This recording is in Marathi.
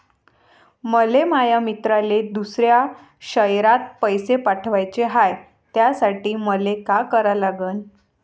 मले माया मित्राले दुसऱ्या शयरात पैसे पाठवाचे हाय, त्यासाठी मले का करा लागन?